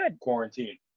quarantine